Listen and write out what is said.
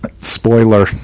Spoiler